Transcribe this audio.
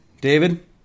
David